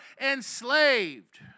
enslaved